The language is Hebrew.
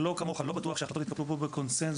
שלא כמוך לא בטוח שההחלטות יתקבלו פה בקונצנזוס,